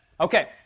Okay